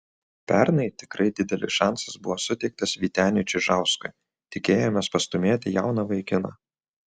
pernai tikrai didelis šansas buvo suteiktas vyteniui čižauskui tikėjomės pastūmėti jauną vaikiną